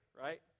right